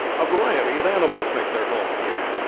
a variety of animals make their home here.